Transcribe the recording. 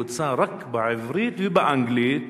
שהוצא רק בעברית ובאנגלית,